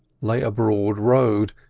lay a broad road,